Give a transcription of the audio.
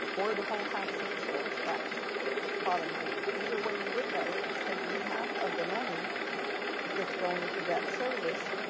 or the whole half-cent sales tax pot of money, either way you look at it, it's taking half of the money that's going to debt service.